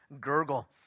gurgle